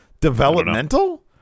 developmental